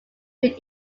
feed